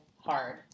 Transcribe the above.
hard